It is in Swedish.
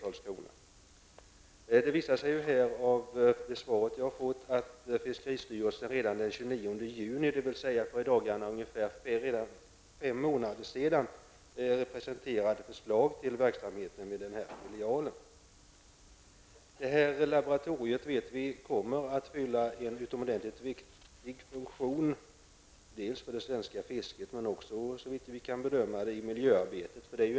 Av det svar jag har fått framgår det att fiskeristyrelsen redan den 29 juli, dvs. för i dagarna fem månader sedan, presenterade ett förslag till verksamhet vid filialen. Vi vet att det laboratoriet kommer att fylla en utomordentligt viktig funktion för det svenska fisket men också, såvitt vi kan förstå, i miljöarbetet.